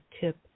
tip